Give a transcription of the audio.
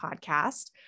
podcast